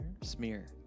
smear